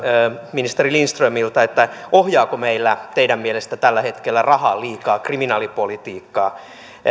ministeri lindströmiltä ohjaako meillä teidän mielestänne tällä hetkellä raha liikaa kriminaalipolitiikkaa